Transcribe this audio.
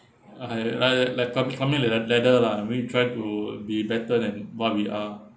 okay like like climb~ climbing a lad~ ladder lah I mean we try to be better than what we are